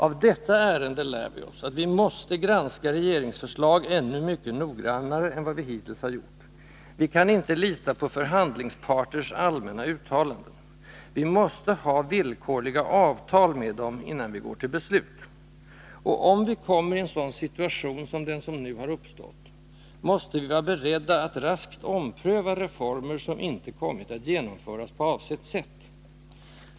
Av detta ärende lär vi oss att vi måste granska regeringsförslag ännu mycket noggrannare än vi hittills har gjort. Vi kan inte lita på förhandlingsparters allmänna uttalanden. Vi måste ha villkorliga avtal med dem, innan vi går till beslut. Och om vi kommer i en sådan situation som den som nu har uppstått, måste vi vara beredda att raskt ompröva ”reformer” som inte har kommit att genomföras på avsett sätt.